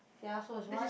ya so is one